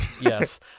yes